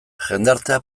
jendartea